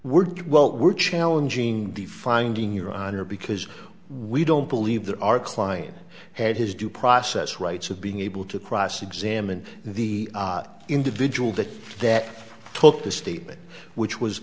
we're well we're challenging the finding your honor because we don't believe that our client had his due process rights of being able to cross examine the individual that that took the statement which was